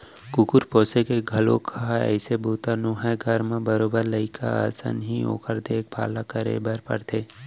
कुकुर पोसे घलौक ह अइसने बूता नोहय घर म बरोबर लइका असन ही ओकर देख भाल करे बर परथे